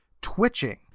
twitching